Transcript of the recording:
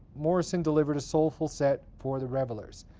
morrison delivered a soulful set for the revelers.